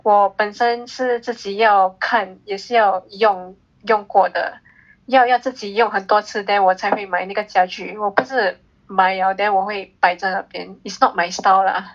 我本身是自己要看也是要用过的要要自己又很多次 then 我才会买那个家具我不是买了 then 我会摆在那边 it's not my style lah